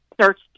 search